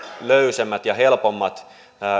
löysemmät ja helpommat